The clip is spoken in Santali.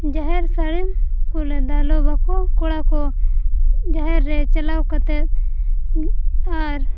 ᱡᱟᱦᱮᱨ ᱥᱟᱹᱲᱤᱢ ᱠᱚᱞᱮ ᱫᱟᱞᱚᱵᱟᱠᱚ ᱠᱚᱲᱟᱠᱚ ᱡᱟᱦᱮᱨ ᱨᱮ ᱪᱟᱞᱟᱣ ᱠᱟᱛᱮᱫ ᱟᱨ